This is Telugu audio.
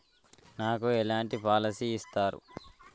నాకు ఎలాంటి పాలసీ ఇస్తారు?